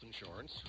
insurance